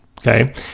okay